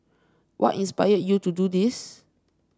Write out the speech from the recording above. what inspired you to do this